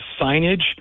signage